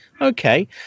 okay